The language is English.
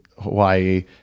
Hawaii